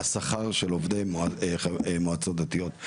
השכר של עובדי מועצות דתיות.